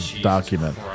document